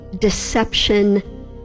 deception